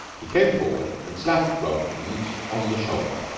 he came forward and slapped roland on the shoulder.